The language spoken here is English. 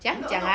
not not